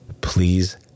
please